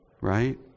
Right